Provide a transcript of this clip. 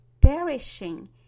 perishing